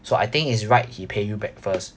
so I think it's right he pay you back first